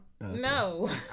No